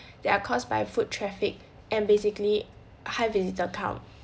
that are caused by foot traffic and basically high visitor count